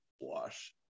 wash